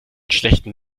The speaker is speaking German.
schlechtem